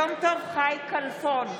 יום טוב חי כלפון,